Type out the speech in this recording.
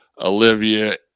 Olivia